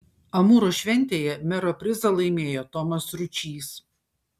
amūro šventėje mero prizą laimėjo tomas ručys